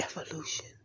evolution